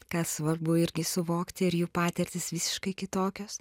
ką svarbu irgi suvokti ir jų patirtys visiškai kitokios